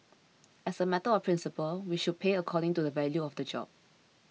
as a matter of principle we should pay according to the value of the job